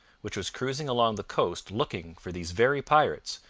which was cruising along the coast looking for these very pirates,